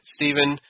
Stephen